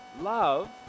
Love